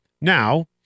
Now